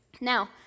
Now